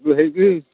ସେଇଠୁ ହେଇକି